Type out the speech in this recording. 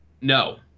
No